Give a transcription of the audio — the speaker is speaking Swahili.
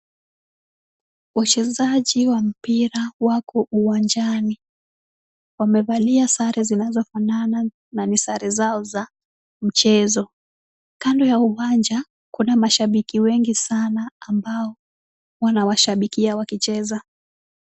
Wachezaji wa mpira wako uwanjani. Wamevalia sare zinazofanana na ni sare zao za mchezo. Kando ya uwanja kuna mashabiki wengi sana ambao wanawashabikia wakicheza.